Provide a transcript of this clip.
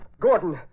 Gordon